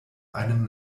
einen